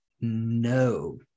No